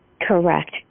Correct